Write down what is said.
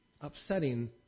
upsetting